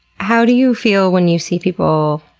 how do you feel when you see people